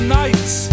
nights